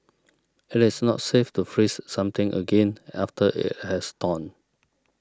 it is not safe to freeze something again after it has thawed